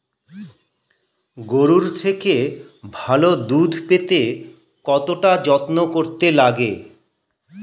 গরুর থেকে ভালো দুধ পেতে কতটা যত্ন করতে লাগে